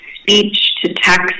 speech-to-text